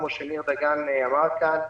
כפי שניר דגן אמר כאן,